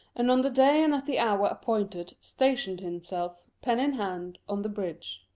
and on the day and at the hour appointed, stationed himself, pen in hand, on the bridge.